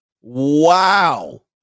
Wow